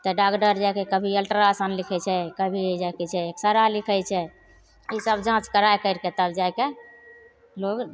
तऽ डॉकटर जाके कभी अल्ट्रासाउण्ड लिखै छै कभी जाके छै एक्सरे लिखै छै ई सब जाँच करै करिके तब जाके लोक